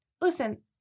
listen